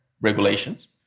regulations